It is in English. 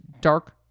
dark